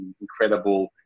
incredible